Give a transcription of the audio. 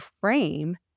frame